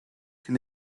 can